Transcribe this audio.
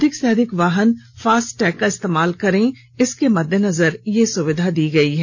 अधिक से अधिक वाहन फास्टैग का इस्तेमाल करें इसके मद्देनजर यह सुविधा दी गई है